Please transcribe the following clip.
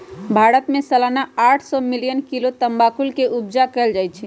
भारत में सलाना आठ सौ मिलियन किलो तमाकुल के उपजा कएल जाइ छै